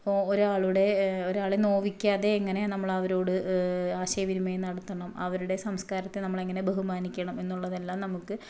ഒരാളുടെ ഒരാളെ നോവിക്കാതെ എങ്ങനെ നമ്മൾ അവരോട് ആശയവിനിമയം നടത്തണം അവരുടെ സംസ്കാരത്തെ നമ്മളെങ്ങനെ ബഹുമാനിക്കണം എന്നുള്ളതെല്ലാം നമുക്ക്